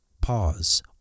pause